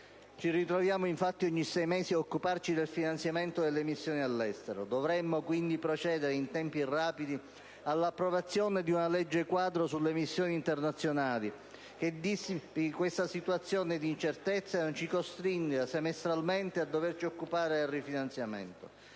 Ci ritroviamo infatti ogni sei mesi a occuparci del finanziamento delle missioni all'estero. Dovremmo, quindi, procedere in tempi rapidi all'approvazione di una legge quadro sulle missioni internazionali che dissipi questa situazione di incertezza e non ci costringa semestralmente a doverci occupare del rifinanziamento.